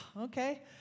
okay